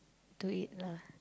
to it lah